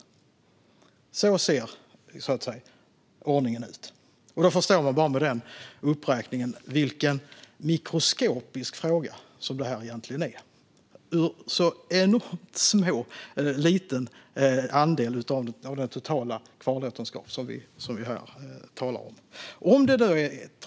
Så ser ordningen ut. Med denna uppräkning förstår man vilken mikroskopisk fråga som detta egentligen är. Det är en mycket liten andel av den totala kvarlåtenskapen som vi här talar om.